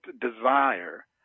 desire